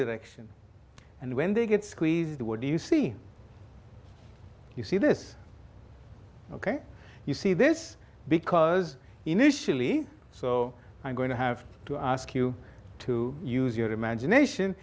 direction and when they get squeezed where do you see you see this ok you see this because initially so i'm going to have to ask you to use your imagination